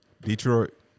Detroit